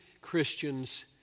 Christians